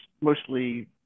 mostly